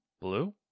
blue